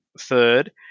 third